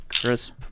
crisp